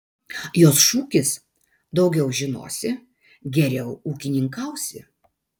jos šūkis daugiau žinosi geriau ūkininkausi